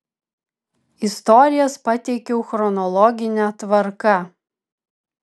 istorijas pateikiau chronologine tvarka